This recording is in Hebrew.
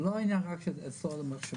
זה לא עניין רק של סוד המחשבים,